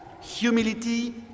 humility